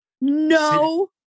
no